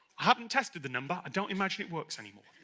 haven't tested the number i don't imagine it works anymore